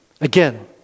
again